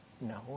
No